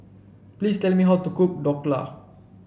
please tell me how to cook Dhokla